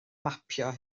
mapio